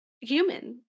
human